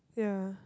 yeah